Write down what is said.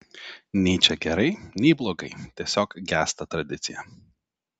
nei čia gerai nei blogai tiesiog gęsta tradicija